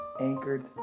anchored